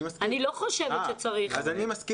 אני לא חושבת שצריך.